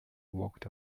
walked